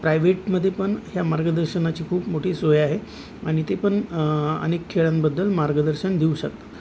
प्रायव्हेटमदे पण ह्या मार्गदर्शनाची खूप मोठी सोय आहे आणि ते पण अनेक खेळांबद्दल मार्गदर्शन देऊ शकतात